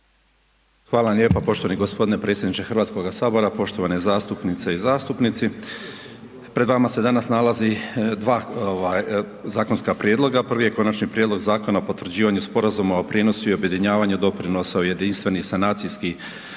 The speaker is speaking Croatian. vam lijepa. Poštovani gospodine predsjedniče Hrvatskoga sabora, poštovane zastupnice i zastupnici. Pred vama se danas nalaze dva zakonska prijedloga, prvi je Konačni prijedlog Zakona o potvrđivanju sporazuma o prijenosu i objedinjavanju doprinosa u jedinstveni sanacijski